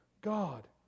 God